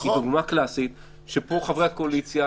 פה חברי הקואליציה,